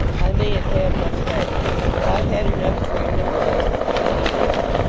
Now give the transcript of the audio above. i mayn't have much head, master, but i've head enough to remember those that use me ill.